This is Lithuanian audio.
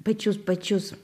pačius pačius